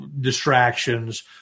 distractions